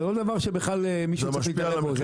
זה לא דבר שבכלל מישהו צריך להתערב בזה,